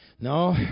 No